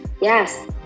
yes